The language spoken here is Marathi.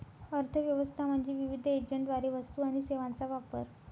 अर्थ व्यवस्था म्हणजे विविध एजंटद्वारे वस्तू आणि सेवांचा वापर